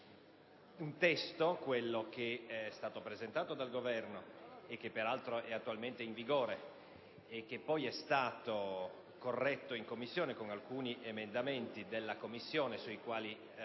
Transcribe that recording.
un testo che è stato presentato dal Governo che peraltro è attualmente in vigore e che poi è stato corretto con alcuni emendamenti della Commissione sui quali